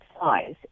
size